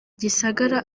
gisagara